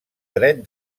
dret